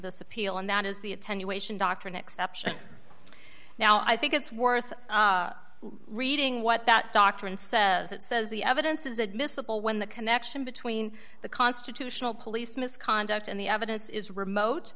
this appeal and that is the attenuation doctrine exception now i think it's worth reading what that doctrine says it says the evidence is admissible when the connection between the constitutional police misconduct and the evidence is remote